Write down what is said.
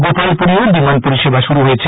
গোপালপুরেও বিমান পরিষেবা শুরু হয়েছে